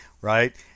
right